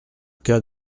cas